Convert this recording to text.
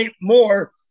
more